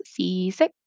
C6